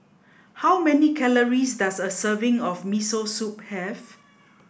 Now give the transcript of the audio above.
how many calories does a serving of Miso Soup have